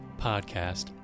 podcast